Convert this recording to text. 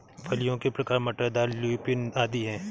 फलियों के प्रकार मटर, दाल, ल्यूपिन आदि हैं